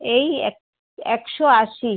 এই এক একশো আশি